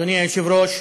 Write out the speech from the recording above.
אדוני היושב-ראש,